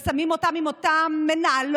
שמים אותן עם אותן מנהלות,